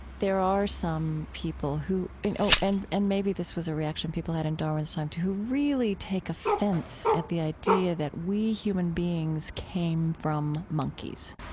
there are some people who you know and and maybe this was a reaction people had in darwin's time who really take offense at the idea that we human beings came from monkeys,